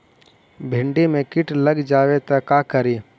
भिन्डी मे किट लग जाबे त का करि?